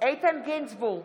איתן גינזבורג,